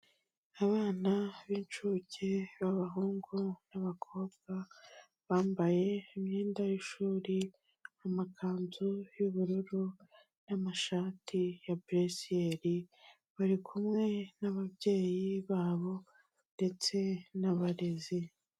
Abana b'incuke b'abahungu n'abakobwa, bambaye imyenda y'ishuri, amakanzu y'ubururu n'amashati ya buresiyeri, bari kumwe n'ababyeyi babo ndetse n'abarezi.